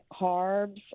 carbs